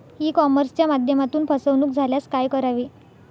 E कॉमर्सच्या माध्यमातून फसवणूक झाल्यास काय करावे?